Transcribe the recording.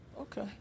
Okay